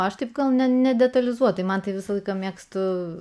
aš taip gal net nedetalizuotai man tai visą laiką mėgstu